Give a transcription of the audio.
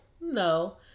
No